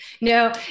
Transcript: No